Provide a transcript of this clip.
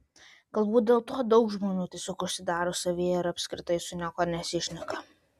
galbūt dėl to daug žmonių tiesiog užsidaro savyje ir apskritai su niekuo nesišneka